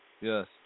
Yes